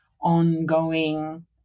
ongoing